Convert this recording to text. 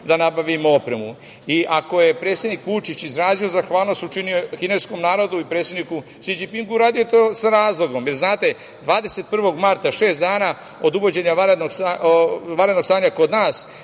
da nabavimo opremu. Ako je predsednik Vučić izrazio zahvalnost kineskom narodu i predsedniku Si Đipingu, uradio je to sa razlogom, jer, znate, 21. marta, šest dana od uvođenja vanrednog stanja kod nas,